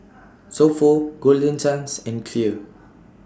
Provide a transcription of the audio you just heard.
So Pho Golden Chance and Clear